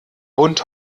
bund